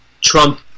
Trump